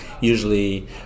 usually